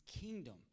kingdom